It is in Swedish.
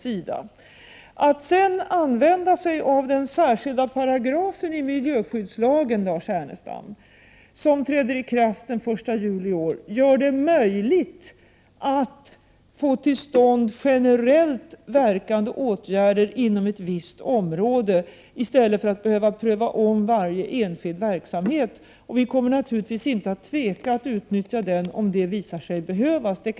Vad sedan gäller användningen av den särskilda paragrafen i miljöskyddslagen — vilken träder i kraft den 1 juli i år — vill jag säga till Lars Ernestam, att detta gör det möjligt att få till stånd generellt verkande åtgärder inom ett visst område. På detta sätt behöver man inte ompröva varje enskild verksamhet. Vi kommer naturligtvis inte att tveka att utnyttja denna paragraf om det visar sig nödvändigt.